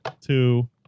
two